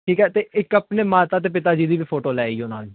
ਠੀਕ ਹੈ ਅਤੇ ਇੱਕ ਆਪਣੇ ਮਾਤਾ ਅਤੇ ਪਿਤਾ ਜੀ ਦੀ ਵੀ ਫੋਟੋ ਲੈ ਆਈਓ ਨਾਲ